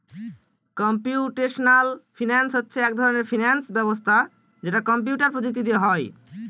computational finance হচ্ছে এক ধরনের ফিনান্স ব্যবস্থা যেটা কম্পিউটার প্রযুক্তি দিয়ে হয়